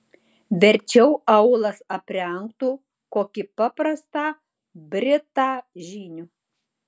verčiau aulas aprengtų kokį paprastą britą žyniu